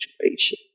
situation